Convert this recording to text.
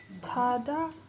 Ta-da